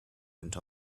went